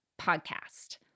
Podcast